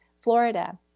Florida